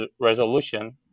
resolution